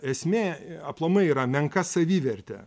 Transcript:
esmė aplamai yra menka savivertė